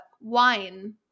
wine